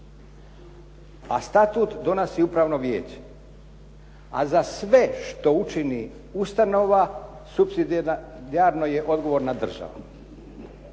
A statut donosi upravno vijeće. A za sve što učinit ustanova supsidijarno je odgovorna država.